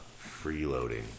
freeloading